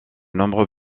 nombreux